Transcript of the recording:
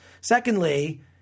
Secondly –